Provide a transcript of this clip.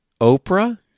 Oprah